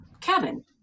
cabin